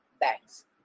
banks